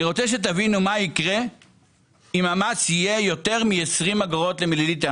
אני רוצה שתבינו מה יקרה אם המס יהיה יותר מ-20 אגורות למיליליטר.